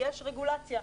יש רגולציה.